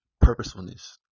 purposefulness